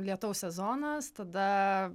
lietaus sezonas tada